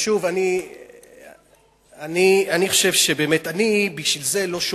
אני בשביל זה לא שופט,